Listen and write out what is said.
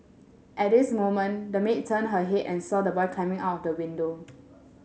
at this moment the maid turned her head and saw the boy climbing out of the window